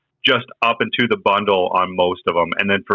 just up and to the bundle on most of them. and then for,